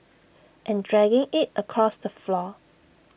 and dragging IT across the floor